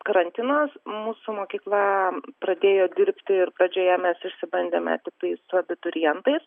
karantinas mūsų mokykla pradėjo dirbti ir pradžioje mes išsibandėme tiktais su abiturientais